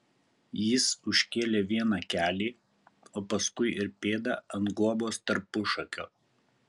jis užkėlė vieną kelį o paskui ir pėdą ant guobos tarpušakio